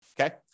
Okay